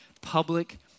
public